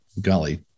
golly